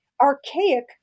archaic